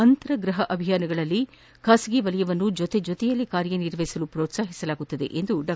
ಅಂತರಗ್ರಪ ಅಭಿಯಾನಗಳಲ್ಲಿ ಖಾಸಗಿ ವಲಯವನ್ನು ಜೊತೆ ಜೊತೆಯಲ್ಲಿ ಕಾರ್ಯನಿರ್ವಹಿಸಲು ಹ್ರೋತ್ಪಾಹಿಸಲಾಗುವುದು ಎಂದು ಡಾ